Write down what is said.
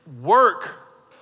work